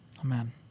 Amen